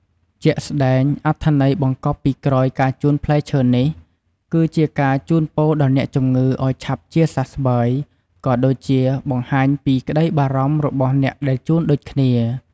ជាក់ស្ដែងអត្ថន័យបង្កប់ពីក្រោយការជូនផ្លែឈើនេះ គឺជាការជូនពរដល់អ្នកជំងឺឱ្យឆាប់ជាសះស្បើយ ក៏ដូចជាបង្ហាញពីក្ដីបារម្ភរបស់អ្នកដែលជូនដូចគ្នា។